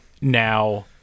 now